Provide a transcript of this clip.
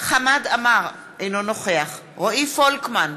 חמד עמאר, אינו נוכח רועי פולקמן,